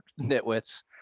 nitwits